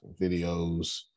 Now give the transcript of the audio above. videos